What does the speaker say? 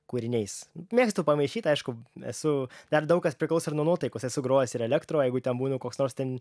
kūriniais mėgstu pamaišyt aišku esu dar daug kas priklauso ir nuo nuotaikos esu grojęs ir elektro jeigu ten būnu koks nors ten